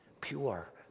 pure